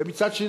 ומצד שני,